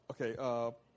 Okay